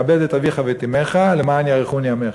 "כבד את אביך ואת אמך למען יארכון ימיך".